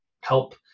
help